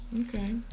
Okay